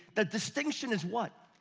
the distinction is what?